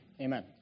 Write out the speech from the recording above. Amen